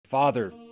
Father